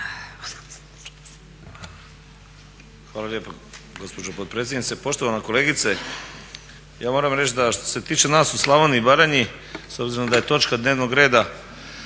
Hvala lijepa gospođo potpredsjednice. Poštovana kolegice, ja moram reći da što se tiče nas u Slavoniji i Baranji s obzirom da je točka dnevnog reda,